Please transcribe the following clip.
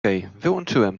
wyłączyłem